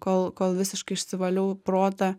kol kol visiškai išsivaliau protą